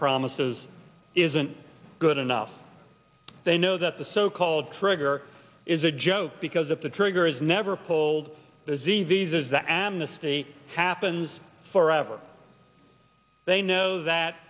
promises isn't good enough they know that the so called trigger is a joke because if the trigger is never pulled as easy as that amnesty happens forever they know that